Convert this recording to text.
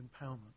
empowerment